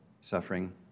suffering